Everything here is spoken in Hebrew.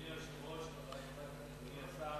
אדוני היושב-ראש, חברי חברי הכנסת, אדוני השר,